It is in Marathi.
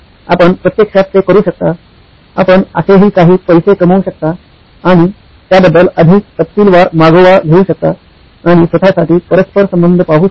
आपण प्रत्यक्षात ते करू शकता आपण असेही काही पैसे कमवू शकता आणि त्याबद्दल अधिक तपशीलवार मागोवा घेऊ शकता आणि स्वत साठी परस्परसंबंध पाहू शकता